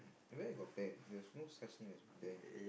where got Ben there's no such name as Ben